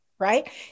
right